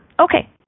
Okay